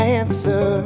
answer